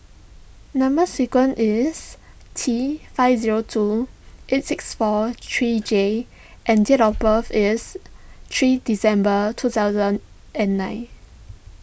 Number Sequence is T five zero two eight six four three J and date of birth is three December two thousand and nine